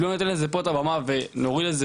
אם לא נתן לזה פה את הבמה ונוריד את זה